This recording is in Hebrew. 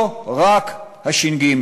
לא רק הש"ג.